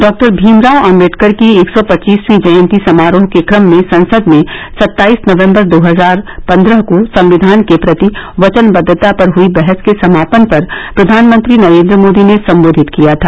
doctor Bhimrao Ambedkar की एक सौ पच्चीसवीं जयन्ती समारोह के क्रम में संसद में सत्ताईस नवम्बर दो हजार पन्द्रह को संविधान के प्रति वचनबद्धता पर हई बहस के समापन पर प्रधानमंत्री नरेन्द्र मोदी ने सम्बोधित किया था